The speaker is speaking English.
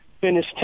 finish